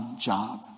job